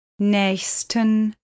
Nächsten